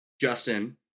Justin